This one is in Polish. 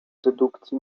dedukcji